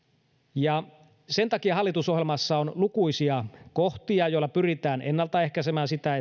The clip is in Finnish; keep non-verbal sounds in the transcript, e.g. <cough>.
sen takia hallitusohjelmassa on lukuisia kohtia joilla pyritään ennaltaehkäisemään sitä <unintelligible>